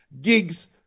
Gigs